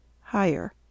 Higher